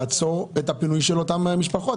אולי לעצור את הפינוי של אותן משפחות.